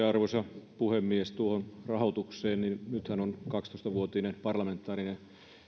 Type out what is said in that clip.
arvoisa puhemies tuohon rahoitukseen nythän on kaksitoista vuotinen parlamentaarinen